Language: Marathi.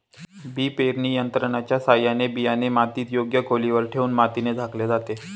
बी पेरणी यंत्राच्या साहाय्याने बियाणे जमिनीत योग्य खोलीवर ठेवून मातीने झाकले जाते